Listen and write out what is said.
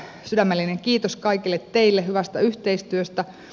sydämellinen kiitos kaikille teille hyvästä yhteistyöstä